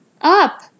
Up